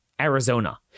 Arizona